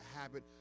habit